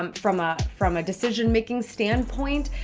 um from ah from a decision-making standpoint,